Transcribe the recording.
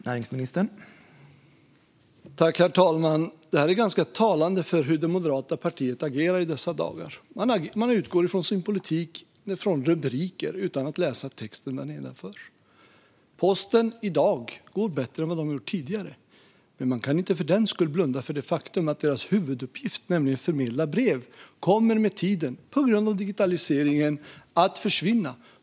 Herr talman! Detta är ganska talande för hur det moderata partiet agerar i dessa dagar. I sin politik utgår man från rubriker utan att läsa texten nedanför. Posten går i dag bättre än tidigare. Men man kan inte för den skull blunda för det faktum att deras huvuduppgift, nämligen att förmedla brev, med tiden på grund av digitaliseringen kommer att försvinna.